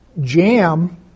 jam